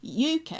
uk